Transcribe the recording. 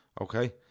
okay